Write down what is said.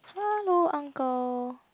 hello uncle